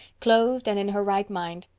clothed and in her right mind.